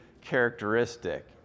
characteristic